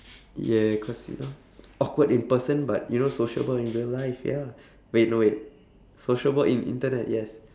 yeah cause you know awkward in person but you know sociable in real life ya wait no wait sociable in internet yes